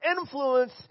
influence